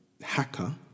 hacker